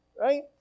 right